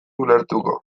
ulertuko